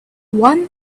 one